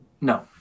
no